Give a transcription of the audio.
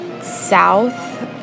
South